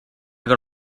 got